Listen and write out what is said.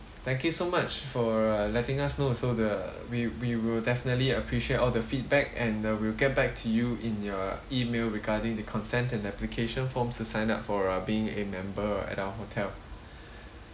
thank you so much for letting us know also the we we will definitely appreciate all the feedback and uh we'll get back to you in your email regarding the consent and application forms to sign up for uh being a member at our hotel